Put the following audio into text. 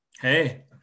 Hey